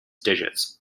digits